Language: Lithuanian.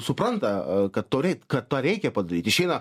supranta a kad to rei kad tą reikia padaryti išeina